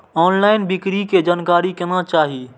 Online बिक्री के जानकारी केना चाही?